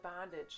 bondage